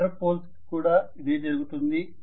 ఇతర పోల్స్ కి కూడా ఇదే జరుగుతుంది